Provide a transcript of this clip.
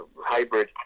hybrid